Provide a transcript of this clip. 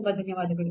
ತುಂಬ ಧನ್ಯವಾದಗಳು